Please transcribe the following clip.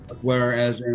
Whereas